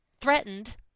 threatened